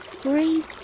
Breathe